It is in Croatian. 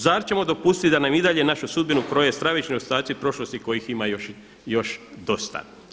Zar ćemo dopustiti da nam i dalje našu sudbinu kroje stravični ostatci prošlosti kojih ima još dosta.